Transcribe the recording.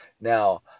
Now